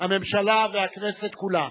הממשלה והכנסת כולה.